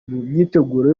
myiteguro